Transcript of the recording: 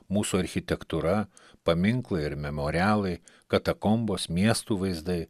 mūsų architektūra paminklai ir memorialai katakombos miestų vaizdai